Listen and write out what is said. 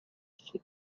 she